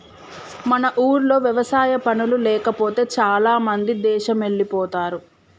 మన ఊర్లో వ్యవసాయ పనులు లేకపోతే చాలామంది దేశమెల్లిపోతారు